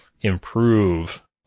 improve